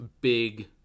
big